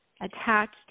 attached